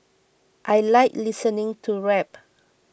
I like listening to rap